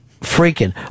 freaking